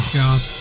god